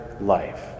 life